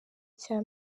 cya